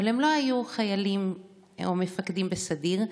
אבל הם לא היו חיילים או מפקדים בסדיר,